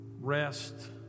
rest